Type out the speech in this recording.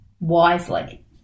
wisely